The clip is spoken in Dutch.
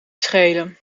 schelen